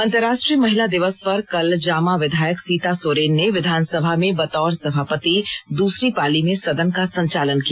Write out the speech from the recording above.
अंतरराष्ट्रीय महिला दिवस पर कल जामा विधायक सीता सोरेन ने विधानसभा में बतौर सभापति दूसरी पाली में सदन का संचालन किया